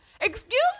Excuse